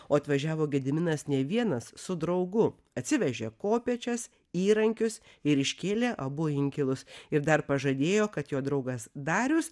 o atvažiavo gediminas ne vienas su draugu atsivežė kopėčias įrankius ir iškėlė abu inkilus ir dar pažadėjo kad jo draugas darius